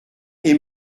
est